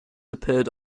appeared